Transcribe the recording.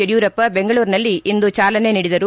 ಯಡಿಯೊರಪ್ತ ಬೆಂಗಳೂರಿನಲ್ಲಿ ಇಂದು ಚಾಲನೆ ನೀಡಿದರು